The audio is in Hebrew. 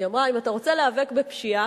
היא אמרה: אם אתה רוצה להיאבק בפשיעה,